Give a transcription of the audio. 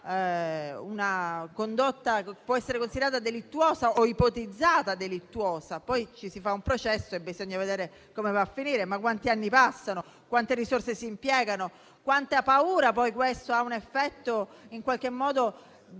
una condotta che può essere considerata delittuosa o ipotizzata delittuosa. Poi si fa un processo e bisogna vedere come va a finire. Ma quanti anni passano, quante risorse si impiegano e quanta è la paura. Questo, poi, ha un effetto di moltiplicazione